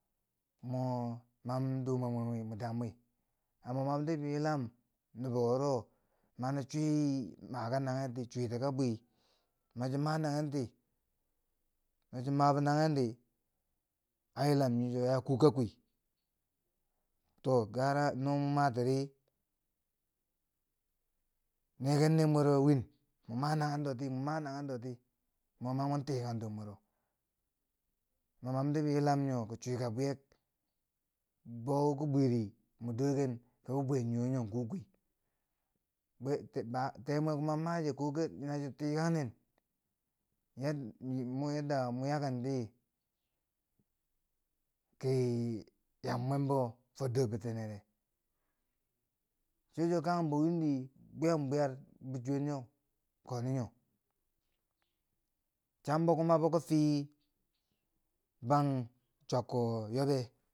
moo mam dume mwe mo daam wi, amma bam di bi yilam nobo wuro mani cwi maka nanghenti cwiti ka bwi ma chama nanghenti no chi mabo nanghen di a yiilam nii wo a kuu ka kwii. To gara no mo matiri, neken ner mwero win mo ma nanghendoti, mo ma nanghendo ti, mo ma mwan tikang dor mwero. No mamdi bi yilam nyo ki ewika bwiyek, bou ki bwiri mo dooken ki bi bwe niwo kuu kwii. Be- baa, tee mwe mam make ko fe nachi tikang nen, yad- m- mwi yaakenti ki yam mwembo fo dor bitinere cho chuwo kanghem bo windi bwiyam bwiyar bichwye nyo koni nyo. chambo kuma biki fii bang chwiyakko yobe.